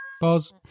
Pause